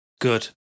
Good